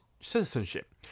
citizenship